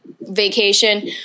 vacation